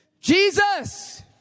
Jesus